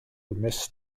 miss